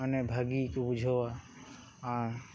ᱢᱟᱱᱮ ᱵᱷᱟᱜᱤ ᱠᱚ ᱵᱩᱡᱷᱟᱹᱣᱟ